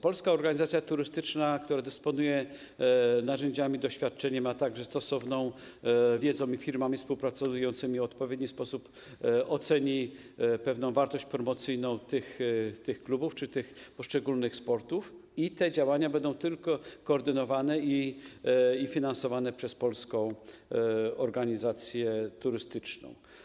Polska Organizacja Turystyczna, która dysponuje narzędziami, doświadczeniem, a także stosowną wiedzą i firmami współpracującymi, w odpowiedni sposób oceni pewną wartość promocyjną tych klubów czy poszczególnych sportów i te działania będą tylko koordynowane i finansowane przez Polską Organizację Turystyczną.